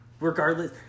Regardless